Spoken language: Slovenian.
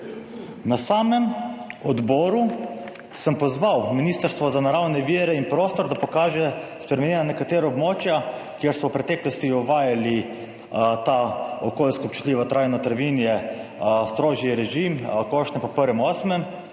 Na samem odboru sem pozval Ministrstvo za naravne vire in prostor, da pokaže spremenjena nekatera območja, kjer so v preteklosti uvajali ta okoljsko občutljivo trajno travinje, strožji režim košnje po 1.